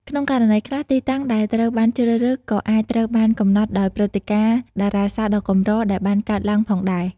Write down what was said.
ក្នុងករណីខ្លះ ទីតាំងដែលត្រូវបានជ្រើសរើសក៏អាចត្រូវបានកំណត់ដោយព្រឹត្តិការណ៍តារាសាស្ត្រដ៏កម្រដែលបានកើតឡើងផងដែរ។